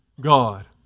God